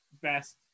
best